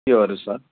त्योहरू छ